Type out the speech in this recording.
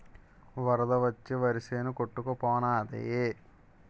వరద వచ్చి వరిసేను కొట్టుకు పోనాది